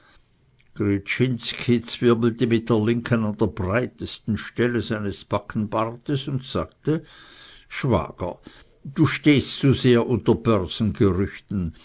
zwirbelte mit der linken an der breitesten stelle seines backenbartes und sagte schwager du stehst zu sehr unter börsengerüchten